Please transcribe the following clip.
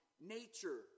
Nature